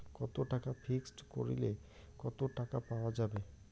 কত টাকা ফিক্সড করিলে কত টাকা পাওয়া যাবে?